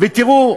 ותראו,